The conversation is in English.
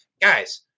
Guys